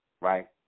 right